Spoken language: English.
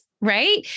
right